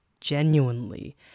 genuinely